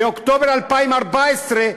באוקטובר 2014,